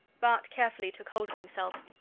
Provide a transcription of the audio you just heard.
bart carefully took hold of himself.